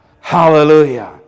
Hallelujah